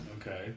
Okay